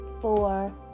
four